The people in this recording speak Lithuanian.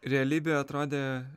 realybėje atrodė